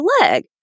leg